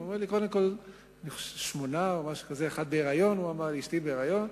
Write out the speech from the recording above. הוא אומר לי: קודם כול, שמונה, אשתי בהיריון,